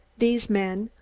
these men,